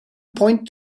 point